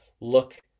look